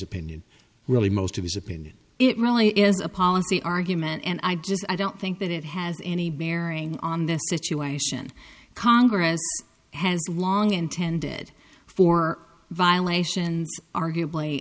opinion really most of his opinion it really is a pause the argument and i just i don't think that it has any bearing on the situation congress has long intended for violations arguably